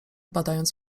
badając